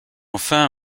enfin